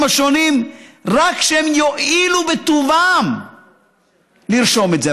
השונים רק שהם יואילו בטובם לרשום את זה.